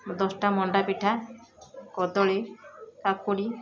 ଦଶଟା ମଣ୍ଡାପିଠା କଦଳୀ କାକୁଡ଼ି